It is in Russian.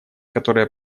которое